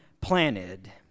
planted